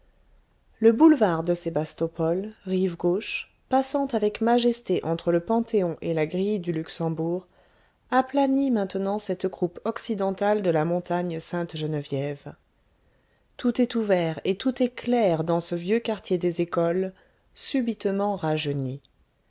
le boulevard de sébastopol rive gauche passant avec majesté entre le panthéon et la grille du luxembourg aplanit maintenant cette croupe occidentale de la montagne sainte-geneviève tout est ouvert et tout est clair dans ce vieux quartier des écoles subitement rajeuni